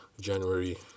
January